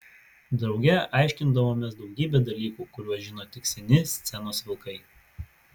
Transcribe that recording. drauge aiškindavomės daugybę dalykų kuriuos žino tik seni scenos vilkai